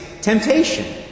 temptation